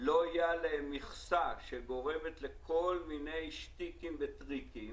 לא תהיה מכסה שגורמת לכל מיני שטיקים וטריקים